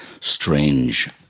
strange